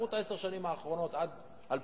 קחו את עשר השנים האחרונות, עד 2009,